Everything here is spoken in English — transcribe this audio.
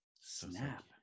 Snap